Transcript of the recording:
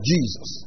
Jesus